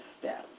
step